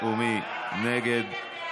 מי נגד?